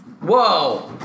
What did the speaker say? Whoa